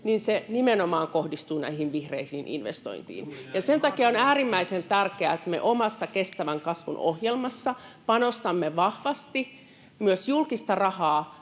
niin se nimenomaan kohdistuu näihin vihreisiin investointeihin. Sen takia on äärimmäisen tärkeää, että me omassa kestävän kasvun ohjelmassa panostamme vahvasti myös julkista rahaa